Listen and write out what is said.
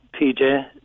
PJ